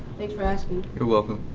thanks for asking. you're welcome.